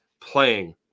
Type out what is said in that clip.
playing